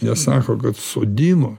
nesako kad sodino